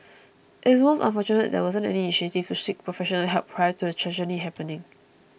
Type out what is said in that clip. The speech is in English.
it's most unfortunate that there wasn't any initiative to seek professional help prior to the tragedy happening